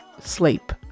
Sleep